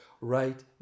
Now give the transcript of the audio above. right